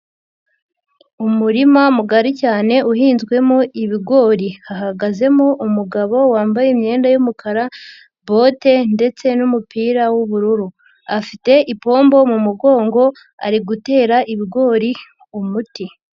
Umurima mugari cyane uhinzwemo ibigori, hahagazemo umugabo wambaye imyenda y'umukara, bote ndetse n'umupira w'ubururu, afite ipombo mu mugongo, ari gutera ibigori umuti.